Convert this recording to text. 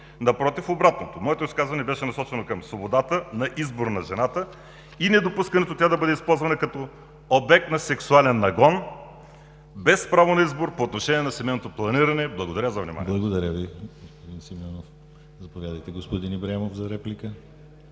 Напротив, обратното. Моето изказване беше насочено към свободата на избор на жената и недопускането тя да бъде използвана като обект на сексуален нагон, без право на избор по отношение на семейното планиране. Благодаря за вниманието. ПРЕДСЕДАТЕЛ ДИМИТЪР ГЛАВЧЕВ: Благодаря, господин Симеонов.